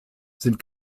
sind